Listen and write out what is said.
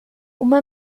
uma